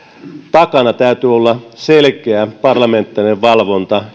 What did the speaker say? takana täytyy olla selkeä parlamentaarinen valvonta